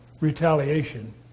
retaliation